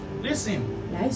Listen